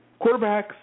Quarterbacks